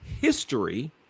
history